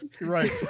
Right